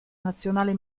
nazionale